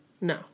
no